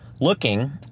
looking